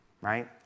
right